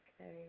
Okay